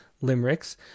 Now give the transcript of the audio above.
limericks